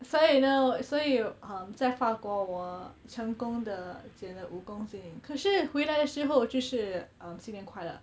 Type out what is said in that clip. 所以呢所以 um 在法国我成功的减了五公斤可是回来的时候就是 um 新年快乐